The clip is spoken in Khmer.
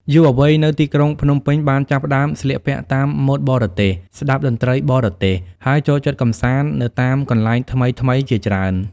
យុវវ័យនៅទីក្រុងភ្នំពេញបានចាប់ផ្តើមស្លៀកពាក់តាមម៉ូដបរទេស ស្តាប់តន្ត្រីបរទេស ហើយចូលចិត្តកម្សាន្តនៅតាមកន្លែងថ្មីៗជាច្រើន។